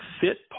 fit